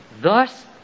thus